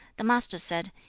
the master said,